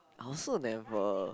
I also never